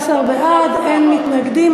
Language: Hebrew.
17 בעד, אין מתנגדים.